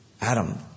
Adam